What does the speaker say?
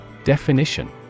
Definition